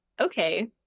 okay